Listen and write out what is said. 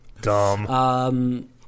Dumb